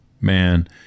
man